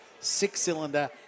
six-cylinder